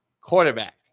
quarterback